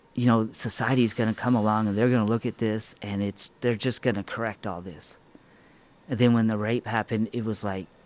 you know, society's going to come along, and they're going to look at this, and it's, they're just going to correct all this. and then, when the rape happened, it was like,